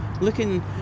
looking